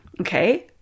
Okay